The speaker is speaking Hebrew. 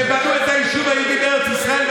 שבנו את היישוב היהודי בארץ ישראל,